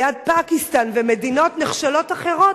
ליד פקיסטן ומדינות נחשלות אחרות,